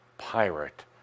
pirate